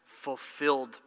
fulfilled